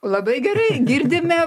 labai gerai girdime